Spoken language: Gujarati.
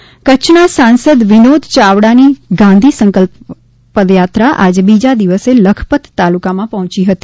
કચ્છ સાંસદ પદયાત્રા કચ્છના સાંસદ વિનોદ ચાવડાની ગાંધી સંકલ્પ પદયાત્રા આજે બીજા દિવસે લખપત તાલુકામાં પહોંચી હતી